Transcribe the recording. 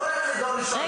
לא להתחיל מדור ראשון ושני.